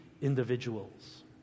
individuals